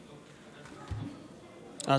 בבקשה.